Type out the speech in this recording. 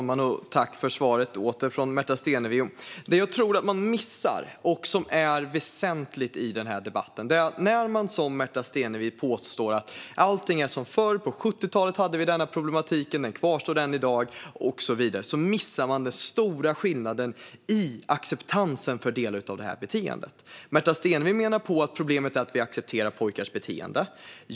Fru talman! När man som Märta Stenevi påstår att allt är som förr och att samma problematik som fanns på 70-talet kvarstår missar man något väsentligt, nämligen den stora skillnaden i acceptansen för delar av detta beteende. Märta Stenevi menar att problemet är att vi accepterar pojkars beteende.